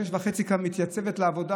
והיא ב-06:30 כבר מתייצבת לעבודה